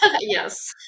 Yes